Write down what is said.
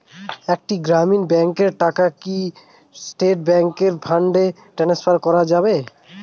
একটি গ্রামীণ ব্যাংকের টাকা কি স্টেট ব্যাংকে ফান্ড ট্রান্সফার করা যাবে?